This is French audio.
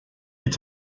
est